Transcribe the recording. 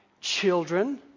Children